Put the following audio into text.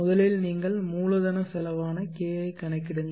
முதலில் நீங்கள் மூலதனச் செலவான K ஐக் கணக்கிடுங்கள்